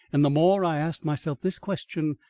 and the more i asked myself this question,